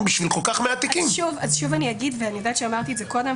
אני יודעת שאמרתי את זה קודם,